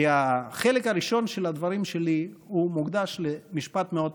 כי החלק הראשון של הדברים שלי מוקדש למשפט מאוד פשוט: